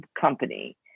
company